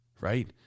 Right